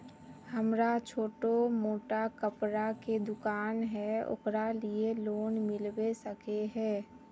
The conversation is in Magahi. हमरा छोटो मोटा कपड़ा के दुकान है ओकरा लिए लोन मिलबे सके है?